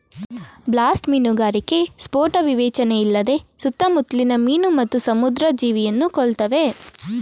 blast ಮೀನುಗಾರಿಕೆ ಸ್ಫೋಟ ವಿವೇಚನೆಯಿಲ್ಲದೆ ಸುತ್ತಮುತ್ಲಿನ ಮೀನು ಮತ್ತು ಸಮುದ್ರ ಜೀವಿಯನ್ನು ಕೊಲ್ತವೆ